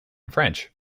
french